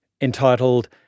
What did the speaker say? entitled